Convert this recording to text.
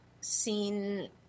seen